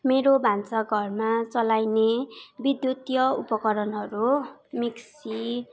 मेरो भान्साघरमा चलाइने विद्युतीय उपकरणहरू मिक्सी